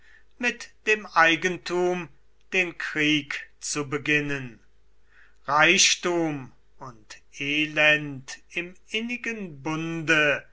mit dem eigentum den krieg zu beginnen reichtum und elend im innigen bunde